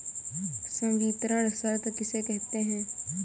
संवितरण शर्त किसे कहते हैं?